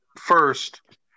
First